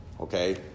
Okay